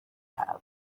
have